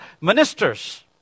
ministers